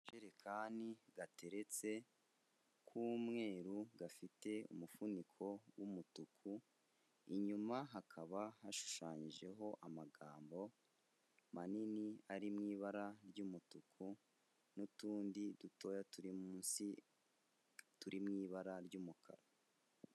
Akajerekani gateretse k'umweru gafite umufuniko w'umutuku, inyuma hakaba hashushanyijeho amagambo manini ari mu ibara ry'umutuku n'utundi dutoya turi munsi, turi mu ibara ry'umukara.